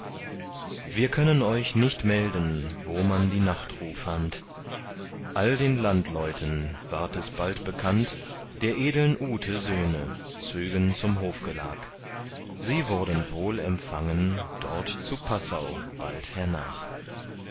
wir können euch nicht melden wo man die nachtruh fand all den landleuten ward es bald bekannt der edeln ute söhne zögen zum hofgelag sie wurden wohl empfangen dort zu passau bald hernach